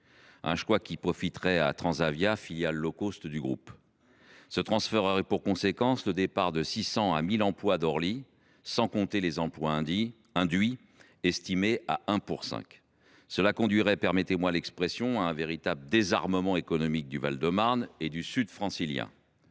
un choix qui profiterait à Transavia, filiale du groupe. Ce transfert aurait pour conséquence le départ de 600 à 1 000 emplois d’Orly, sans compter les emplois induits, estimés à 1 pour 5. Cela conduirait – permettez moi l’expression, monsieur le ministre – à un véritable « désarmement économique » du Val de Marne et du sud francilien.